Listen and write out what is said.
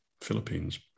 Philippines